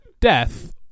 death